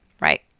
right